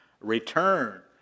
Return